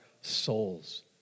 souls